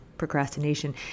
procrastination